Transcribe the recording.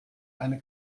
eine